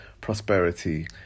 prosperity